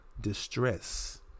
distress